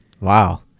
wow